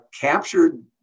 captured